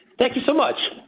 thank you so much.